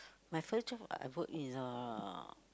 my first job I work is a